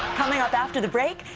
coming up after the break,